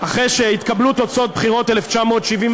אחרי שהתקבלו תוצאות בחירות 1977: